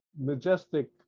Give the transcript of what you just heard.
majestic